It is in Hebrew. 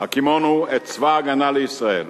הקימונו את צבא-הגנה לישראל,